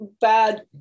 bad